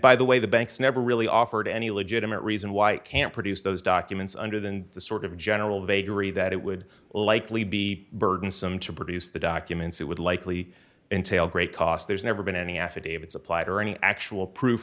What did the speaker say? by the way the banks never really offered any legitimate reason why it can't produce those documents under than the sort of general vagary that it would likely be burdensome to produce the documents it would likely entailed great cost there's never been any affidavits applied or any actual proof